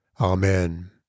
Amen